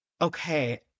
Okay